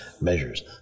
measures